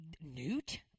Newt